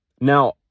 Now